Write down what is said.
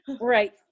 right